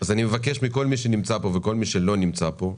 אני מבקש מכל מי שנמצא פה ולא נמצא פה,